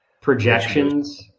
projections